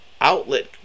outlet